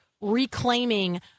reclaiming